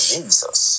Jesus